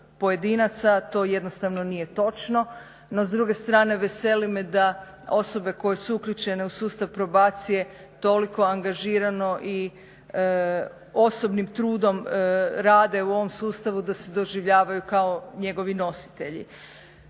to jednostavno nije točno. No s druge strane veseli me da osobe koje su uključene u sustav probacije toliko angažirano i osobnim trudom rade u ovom sustavu da se doživljavaju kao njegovi nositelji.